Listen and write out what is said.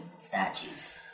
statues